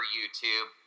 YouTube